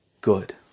Good